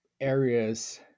areas